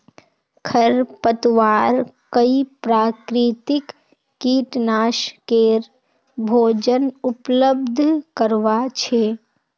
खरपतवार कई प्राकृतिक कीटनाशकेर भोजन उपलब्ध करवा छे